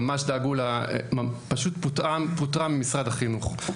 היא פשוט פוטרה ממשרד החינוך.